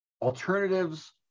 Alternatives